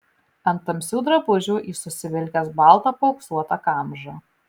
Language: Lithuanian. ant tamsių drabužių jis užsivilkęs baltą paauksuotą kamžą